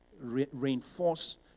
reinforce